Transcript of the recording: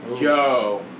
Yo